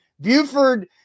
Buford